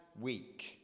week